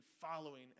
following